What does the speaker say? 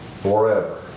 forever